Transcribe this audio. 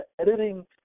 editing